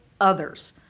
others